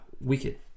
wicked